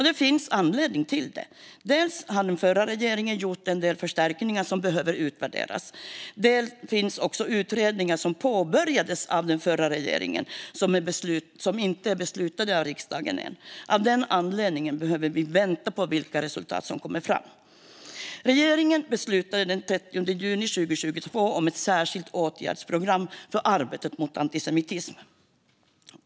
Det finns anledningar till det: Dels har den förra regeringen gjort en del förstärkningar som behöver utvärderas, dels finns det utredningar som påbörjades av den förra regeringen men som riksdagen ännu inte har beslutat om. Av den anledningen behöver vi vänta på vilka resultat som kommer fram. Regeringen beslutade den 30 juni 2022 om ett särskilt åtgärdsprogram för arbetet mot antisemitism.